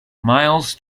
miles